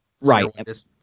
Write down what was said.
Right